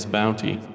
bounty